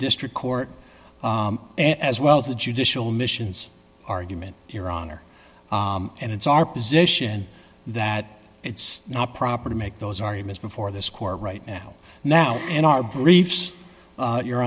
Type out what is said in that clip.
district court and as well as the judicial missions argument your honor and it's our position that it's not proper to make those arguments before this court right now now in our briefs your